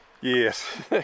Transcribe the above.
Yes